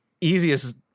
easiest